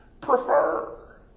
Prefer